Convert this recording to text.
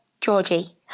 Georgie